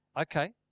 Okay